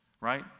right